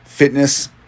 fitness